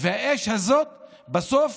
והאש הזאת בסוף